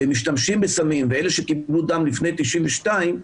משתמשים בסמים ואלה שקיבלו דם לפני 1992,